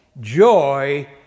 joy